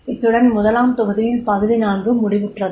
இத்துடன் முதலாம் தொகுதியின் பகுதி 4 முடிவுற்றது